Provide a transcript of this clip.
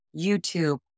YouTube